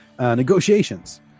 negotiations